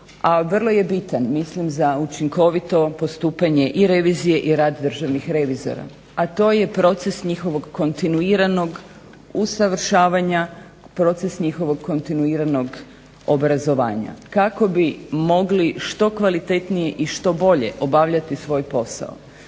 a vrlo je bitan mislim za učinkovito postupanje i državne revizije i rad državnih revizora a to je proces njihovog kontinuiranog usavršavanja, proces njihovog kontinuiranog obrazovanja, kako bi mogli što kvalitetnije i što bolje obavljati svoj posao.